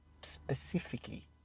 specifically